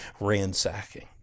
ransacking